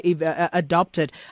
adopted